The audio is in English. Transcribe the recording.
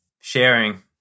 Sharing